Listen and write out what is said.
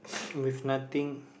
with nothing